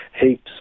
heaps